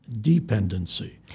dependency